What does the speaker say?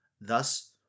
Thus